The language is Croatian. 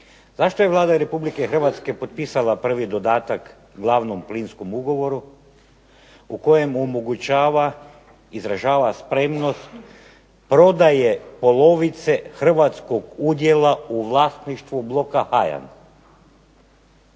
zašto je Vlada Republike Hrvatske potpisala prvi dodatak glavnom plinskom ugovoru u kojem omogućava, izražava spremnost prodaje polovice hrvatskog udjela u vlasništvu bloka HAYAN?